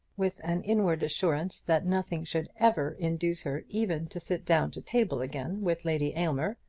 with an inward assurance that nothing should ever induce her even to sit down to table again with lady aylmer.